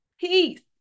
Peace